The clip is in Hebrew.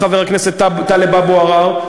חבר הכנסת טלב אבו עראר,